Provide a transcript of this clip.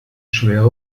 schwere